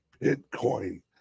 Bitcoin